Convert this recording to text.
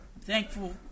Thankful